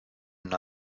una